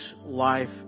life